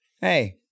Hey